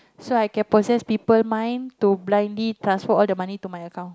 so I can just possess people mind to blindly transfer all the money to my account